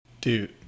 Dude